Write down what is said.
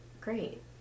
Great